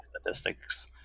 statistics